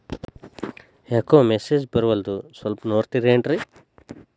ಯಾಕೊ ಮೆಸೇಜ್ ಬರ್ವಲ್ತು ಸ್ವಲ್ಪ ನೋಡ್ತಿರೇನ್ರಿ?